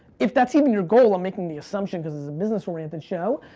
if that's even your goal, i'm making the assumption cause this is a business-oriented show,